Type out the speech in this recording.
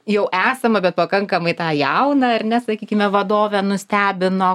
jau esamą bet pakankamai tą jauną ar ne sakykime vadovę nustebino